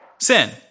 sin